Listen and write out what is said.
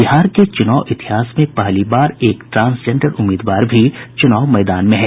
बिहार के चुनाव इतिहास में पहली बार एक ट्रांसजेंडर उम्मीदवार भी चूनाव मैदान में हैं